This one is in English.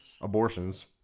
abortions